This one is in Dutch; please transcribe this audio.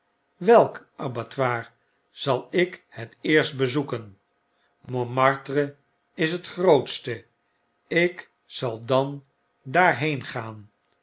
welk abattoir zal ik het eerst bezoeken montmartre is het grootste ik zal dan daarheen gaan